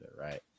right